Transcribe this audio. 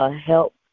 help